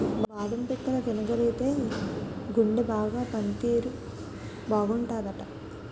బాదం పిక్కలు తినగలిగితేయ్ గుండె బాగా పని తీరు బాగుంటాదట